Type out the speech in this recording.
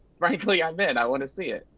frankly, i'm in, i wanna see it.